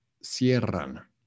cierran